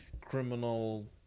criminal